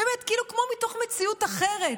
באמת, כאילו מתוך מציאות אחרת,